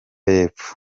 y’epfo